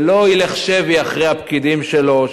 ולא ילך שבי אחרי הפקידים שלו,